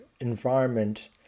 environment